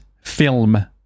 film